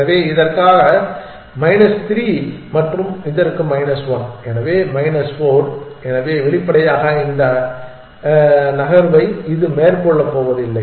எனவே இதற்காக மைனஸ் 3 மற்றும் இதற்கு மைனஸ் 1 எனவே மைனஸ் 4 எனவே வெளிப்படையாக இது இந்த நகர்வை மேற்கொள்ளப்போவதில்லை